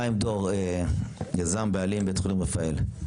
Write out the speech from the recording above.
חיים דור, יזם ובעלים, בית חולים רפאל.